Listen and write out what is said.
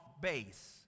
base